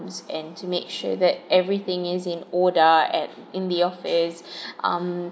and to make sure that everything is in order at in the office um